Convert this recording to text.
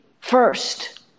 first